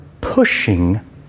pushing